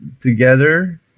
Together